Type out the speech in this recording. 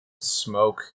smoke